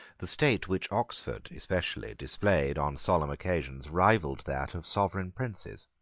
the state which oxford especially displayed on solemn occasions rivalled that of sovereign princes.